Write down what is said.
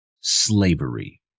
slavery